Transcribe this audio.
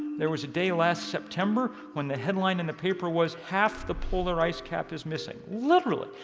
there was a day last september when the headline in the paper was half the polar ice cap is missing. literally.